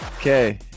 Okay